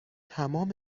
تمام